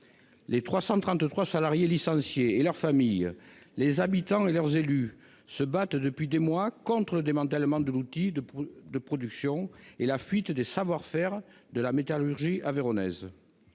Les 333 salariés licenciés et leurs familles, les habitants et leurs élus se battent depuis des mois contre le démantèlement de l'outil de production et la fuite des savoir-faire de la métallurgie aveyronnaise.